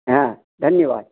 हाँ धन्यवाद